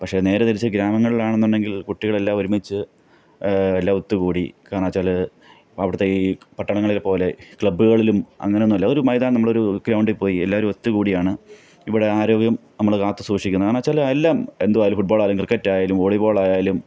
പക്ഷേ നേരെതിരിച്ച് ഗ്രാമങ്ങളിലാണെന്നുണ്ടെങ്കിൽ കുട്ടികളെല്ലാം ഒരുമിച്ച് എല്ലാം ഒത്തുകൂടി കാരണം വച്ചാൽ അവിടുത്തെ ഈ പട്ടണങ്ങളിലെ പോലെ ക്ലബ്ബുകളിലും അങ്ങനെയൊന്നുമല്ല അതൊരു മൈതാനം നമ്മളൊരു ഗ്രൗണ്ടിൽ പോയി എല്ലാവരും ഒത്തുകൂടിയാണ് ഇവിടെ ആരോഗ്യം നമ്മൾ കാത്തുസൂക്ഷിക്കുന്നത് കാരണം വച്ചാൽ എല്ലാം എന്തുവായാലും ഫുട്ബോളായാലും ക്രിക്കറ്റായാലും വോളിബോളായാലും